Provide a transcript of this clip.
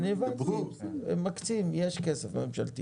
מסתובב כסף ממשלתי